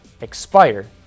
expire